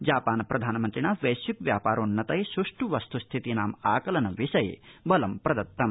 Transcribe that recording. Japan प्रधानमन्त्रिणा वैश्विक व्यापारोन्नतये सृष्ठ वस्तुस्थितीनाम आकलन विषये बलं प्रदत्तम